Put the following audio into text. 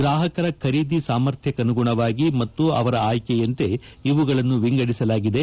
ಗ್ರಾಹಕರ ಖರೀದಿ ಸಾಮರ್ಥ್ಯಕ್ಕನುಗುಣವಾಗಿ ಮತ್ತು ಅವರ ಆಯ್ಕೆಯಂತೆ ಇವುಗಳನ್ನು ವಿಂಗಡಿಸಲಾಗಿದೆ